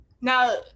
Now